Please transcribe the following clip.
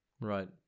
Right